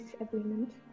agreement